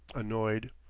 annoyed.